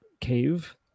cave